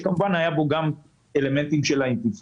שכמובן היו בו גם אלמנטים של האינתיפאדה,